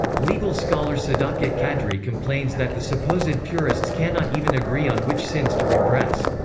legal scholar sadakat kadri complains that the supposed purists cannot even agree on which sins to repress.